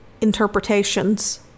interpretations